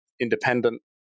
independent